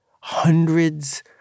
hundreds